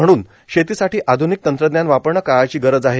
म्हणून शेतीसाठी आध्निक तंत्रज्ञान वापरणे काळाची गरज आहे